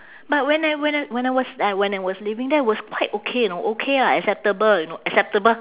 but when I when I when I was I when I was living there was quite okay you know okay lah acceptable you know acceptable